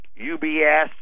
UBS